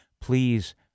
please